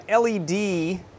LED